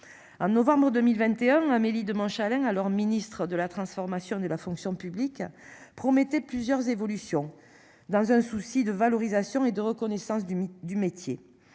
En novembre 2021, Amélie de Montchalin, alors ministre de la transformation de la fonction publique promettait plusieurs évolutions dans un souci de valorisation et de reconnaissance du mythe